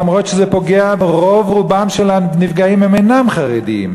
למרות שזה פוגע רוב רובם של הנפגעים אינם חרדים,